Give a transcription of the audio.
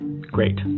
Great